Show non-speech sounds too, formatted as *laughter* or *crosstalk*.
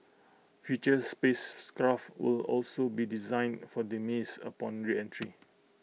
future space *unintelligible* will also be designed for demise upon reentry